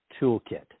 Toolkit